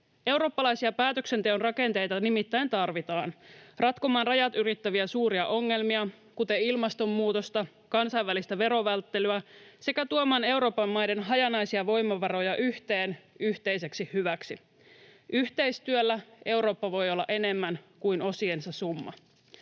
Eurooppalaisia päätöksenteon rakenteita nimittäin tarvitaan ratkomaan rajat ylittäviä suuria ongelmia, kuten ilmastonmuutosta, kansainvälistä verovälttelyä, sekä tuomaan Euroopan maiden hajanaisia voimavaroja yhteen, yhteiseksi hyväksi. Yhteistyöllä Eurooppa voi olla enemmän kuin osiensa summa.